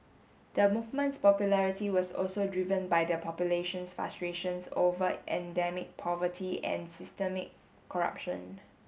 the movement's popularity was also driven by the population's frustrations over endemic poverty and systemic corruption